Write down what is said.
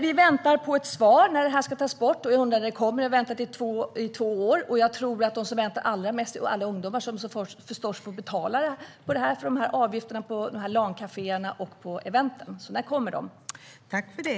Vi väntar på ett svar om när de ska tas bort. Jag undrar när det kommer - vi har väntat i två år. Jag tror att de som väntar allra mest är de ungdomar som får betala avgifterna på LAN-kaféer och event. När kommer det?